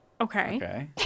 okay